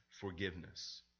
forgiveness